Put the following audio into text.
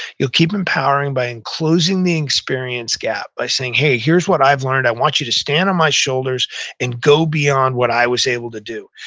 you'll keep empowering by enclosing the experience gap, by saying, hey, here's what i've learned. i want you to stand on my shoulders and go beyond what i was able to do,